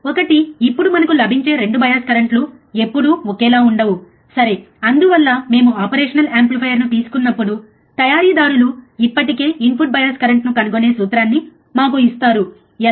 ఒకటి ఇప్పుడు మనకు లభించే 2 బయాస్ కరెంట్ లు ఎప్పుడూ ఒకేలా ఉండవుసరే అందువల్ల మేము ఆపరేషనల్ యాంప్లిఫైయర్ను తీసుకున్నప్పుడు తయారీదారులు ఇప్పటికే ఇన్పుట్ బయాస్ కరెంట్ను కనుగొనే సూత్రాన్ని మాకు ఇస్తారు ఎలా